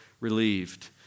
relieved